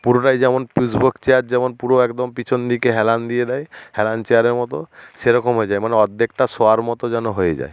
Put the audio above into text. পুরোটাই যেমন push back chair যেমন পুরো একদম পিছন দিকে হেলান দিয়ে দেয় হেলান চেয়ারের মতো সেরকম হয়ে যায় মানে অর্ধেকটা শোয়ার মতো যেন হয়ে যায়